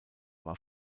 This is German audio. war